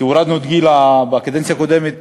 כי הורדנו, בקדנציה הקודמת